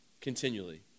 continually